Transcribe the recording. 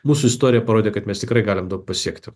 mūsų istorija parodė kad mes tikrai galim daug pasiekti